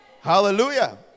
Hallelujah